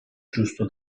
giusto